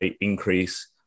increase